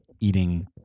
eating